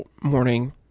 morning